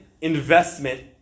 investment